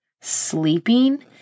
sleeping